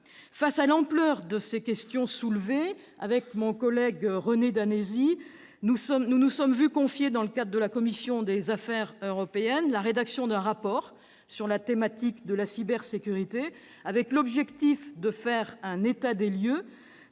Face à l'ampleur des questions soulevées, mon collègue René Danesi et moi-même nous sommes vu confier, dans le cadre de la commission des affaires européennes, la rédaction d'un rapport sur le thème de la cybersécurité. Nous avons pour objectif de dresser un état des lieux